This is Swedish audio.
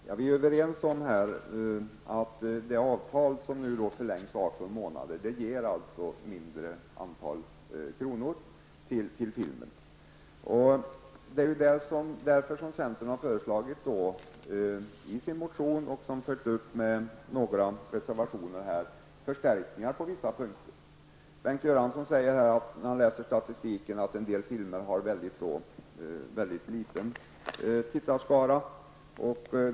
Herr talman! Vi är överens om att det avtal som nu förlängs med 18 månader ger mindre antal kronor till filmen. Det är därför som centern i sin motion och i några reservationer har föreslagit förstärkningar på vissa punkter. Bengt Göransson säger angående statistiken att en del filmer har en mycket liten tittarskara.